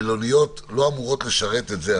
לא אמורות לשרת את המטרה הזאת.